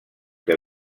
que